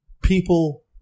people